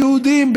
היהודים,